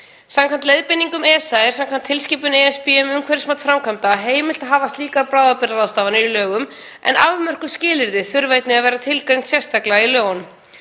Samkvæmt leiðbeiningum ESA er, samkvæmt tilskipun ESB um umhverfismat framkvæmda, heimilt að hafa slíkar bráðabirgðaráðstafanir í lögum en afmörkuð skilyrði þurfa einnig að vera tilgreind sérstaklega í lögunum.